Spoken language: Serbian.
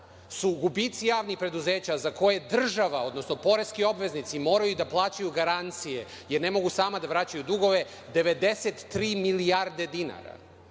su gubici javnih preduzeća za koje država, odnosno poreski obveznici moraju da plaćaju garancije, jer ne mogu sama da vraćaju dugove, 93 milijarde dinara. Da